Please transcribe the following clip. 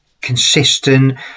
consistent